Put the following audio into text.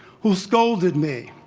who scolded me,